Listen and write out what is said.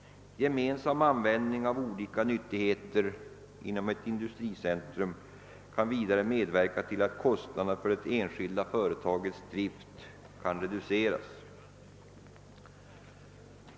Gemensam användning av olika nyttigheter inom ett industricentrum kan vidare medverka till att kostnaderna för det enskilda företagets drift kan redu Ceras.